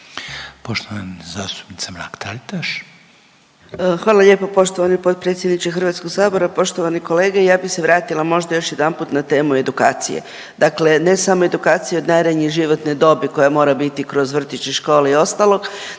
**Mrak-Taritaš, Anka (GLAS)** Hvala lijepo poštovani potpredsjedniče HS. Poštovani kolege, ja bi se vratila možda još jedanput na temu edukacije, dakle ne samo edukacije od najranije životne dobi koja mora biti kroz vrtić i škole i ostalo,